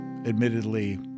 admittedly